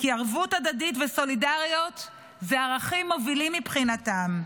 כי ערבות הדדית וסולידריות הם ערכים מובילים מבחינתם.